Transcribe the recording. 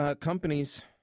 companies